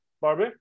Barbie